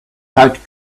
tight